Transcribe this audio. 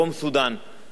ואיזה כותרות,